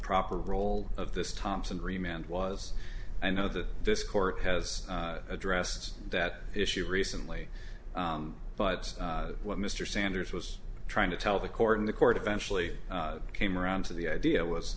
proper role of this thompson remained was i know that this court has addressed that issue recently but what mr sanders was trying to tell the court in the court eventually came around to the idea was